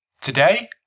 Today